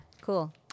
cool